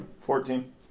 Fourteen